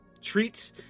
treat